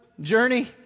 Journey